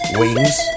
wings